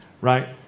right